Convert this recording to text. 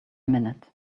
minute